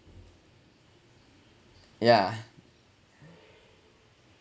yeah